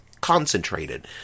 concentrated